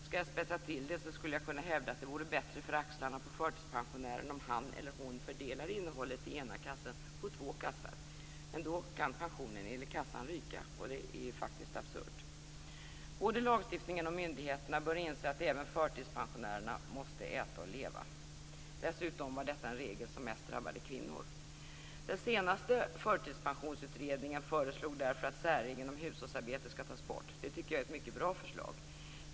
Skall jag spetsa till det skulle jag kunna hävda att det vore bättre för axlarna på förtidspensionären att han eller hon fördelade innehållet i en kasse på två kassar. Men då kan pensionen enligt kassan ryka. Det är faktiskt helt absurt. Både lagstiftningen och myndigheterna bör inse att även förtidspensionärerna måste äta för att leva. Dessutom var detta en regel som mest drabbade kvinnor. Den senaste förtidspensionsutredningen föreslog därför att särregeln om hushållsarbete skall tas bort. Det tycker jag är ett mycket bra förslag.